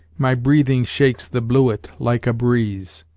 my breathing shakes the bluet like a breeze,